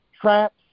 traps